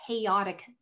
chaotic